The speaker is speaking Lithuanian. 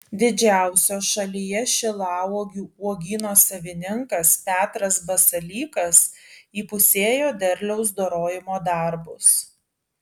didžiausio šalyje šilauogių uogyno savininkas petras basalykas įpusėjo derliaus dorojimo darbus